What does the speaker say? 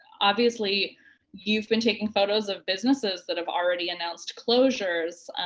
obviously you've been taking photos of businesses that have already announced closures,